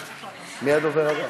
מי הדובר הבא?